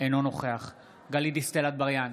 אינו נוכח גלית דיסטל אטבריאן,